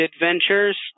adventures